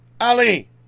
Ali